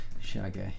shaggy